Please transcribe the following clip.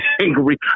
angry